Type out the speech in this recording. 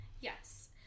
Yes